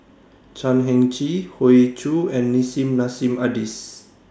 Chan Heng Chee Hoey Choo and Nissim Nassim Adis